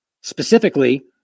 specifically